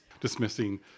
dismissing